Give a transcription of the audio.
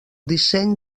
disseny